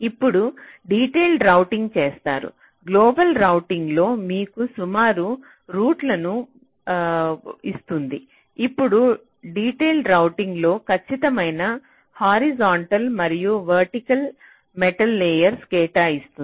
ఇప్పుడు డిటేల్డ్ రౌటింగ్కు చేస్తారు గ్లోబల్ రౌటింగ్ లో మీకు సుమారు రూట్లను ఇస్తుంది ఇప్పుడు డిటేల్డ్ రౌటింగ్ లో ఖచ్చితమైన హారిజాంటల్ మరియు వర్టికల్ మెటల్ లేయర్లను కేటాయిస్తుంది